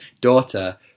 daughter